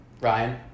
Ryan